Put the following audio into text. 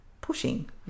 pushing